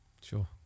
Sure